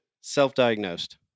Self-diagnosed